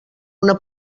una